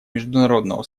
международного